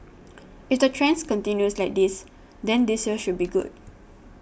if the trend continues like this then this year should be good